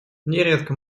нередко